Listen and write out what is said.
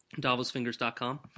DavosFingers.com